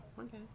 okay